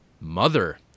Mother